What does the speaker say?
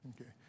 Okay